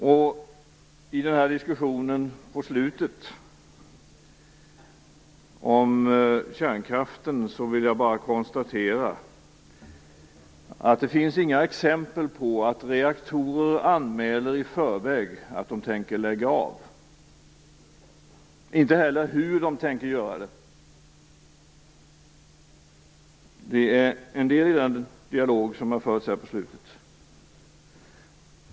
Det fördes en diskussion om kärnkraften här på slutet, och jag vill bara konstatera att det inte finns några exempel på att reaktorer anmäler i förväg att de tänker lägga av eller hur de tänker göra det. Det är en del i den dialog som har förts här på slutet.